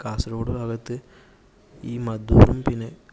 കാസർഗോഡ് ഭാഗത്ത് ഈ മധൂറും പിന്നെ